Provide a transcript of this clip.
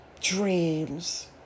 dreams